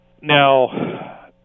Now